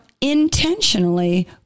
intentionally